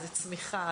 זה צמיחה,